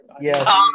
Yes